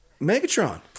Megatron